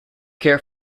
care